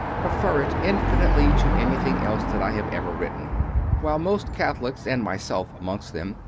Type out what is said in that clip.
prefer it infinitely to anything else that i have ever written while most catholics, and myself amongst them,